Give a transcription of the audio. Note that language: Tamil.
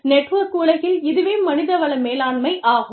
நெட்வொர்க் உலகில் இதுவே மனித வள மேலாண்மை ஆகும்